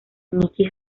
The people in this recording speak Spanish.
nicky